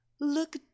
Look